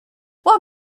what